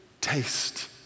taste